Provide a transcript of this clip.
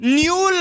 new